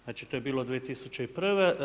Znači to je bilo 2001.